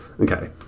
Okay